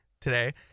today